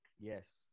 yes